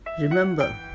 remember